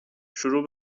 شروع